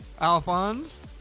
Alphonse